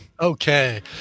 Okay